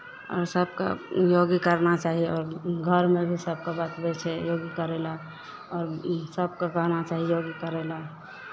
आओर सभकेँ योग करना चाहिए आओर घरमे भी सभकेँ बतबै छै योगी करय लेल आओर सभकेँ कहना चाही योग करय लेल